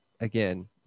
again